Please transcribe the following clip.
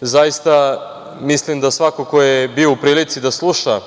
zaista mislim da svako ko je bio u prilici da sluša